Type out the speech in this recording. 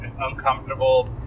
uncomfortable